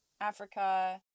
Africa